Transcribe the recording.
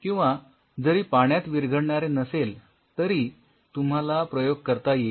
किंवा जरी पाण्यात विरघळणारे नसेल तरी तुम्हाला प्रयोग करता येईलच